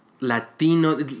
Latino